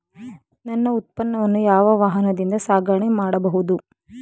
ನನ್ನ ಉತ್ಪನ್ನವನ್ನು ಯಾವ ವಾಹನದಿಂದ ಸಾಗಣೆ ಮಾಡಬಹುದು?